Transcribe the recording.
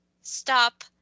stop